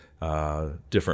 Different